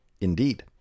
Indeed